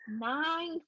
Nine